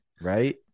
Right